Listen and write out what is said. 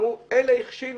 ואמרו: אלה הכשילו,